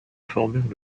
formèrent